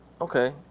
Okay